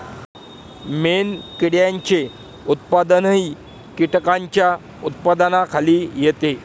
मेणकिड्यांचे उत्पादनही कीटकांच्या उत्पादनाखाली येते